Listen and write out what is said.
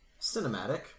Cinematic